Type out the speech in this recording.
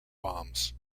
bombs